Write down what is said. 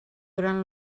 durant